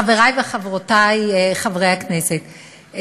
חברי וחברותי חברי הכנסת,